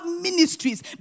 ministries